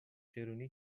چرونی